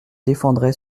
défendrai